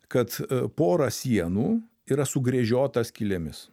kad pora sienų yra sugręžiota skylėmis